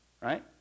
right